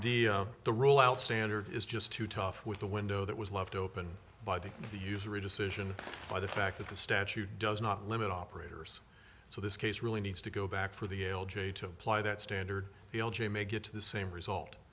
the the rule out standard is just too tough with the window that was left open by the the usury decision by the fact that the statute does not limit operators so this case really needs to go back for the l j to apply that standard l j may get the same result